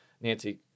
Nancy